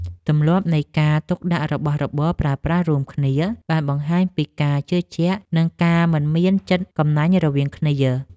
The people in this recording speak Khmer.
ទម្លាប់នៃការទុកដាក់របស់របរប្រើប្រាស់រួមគ្នា បានបង្ហាញពីការជឿជាក់ និងការមិនមានចិត្តកំណាញ់រវាងគ្នា។